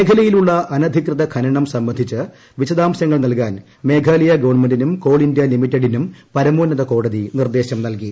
മേഖലയിലുള്ള അനധികൃത ഖനനം സംബന്ധിച്ച് വിശ്ദാർശങ്ങൾ നല്കാൻ മേഘാലയ ഗവൺമെന്റിനും ക്ടോൾ ഇന്ത്യാ ലിമിറ്റഡിനും പരമോന്നത കോടതി നിർദ്ദേശ്രം നൽകി